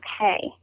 okay